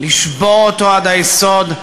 לשבור אותו עד היסוד,